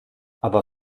aber